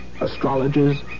astrologers